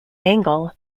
angle